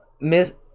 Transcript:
Miss